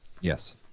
Yes